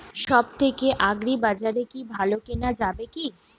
সব থেকে আগ্রিবাজারে কি ভালো কেনা যাবে কি?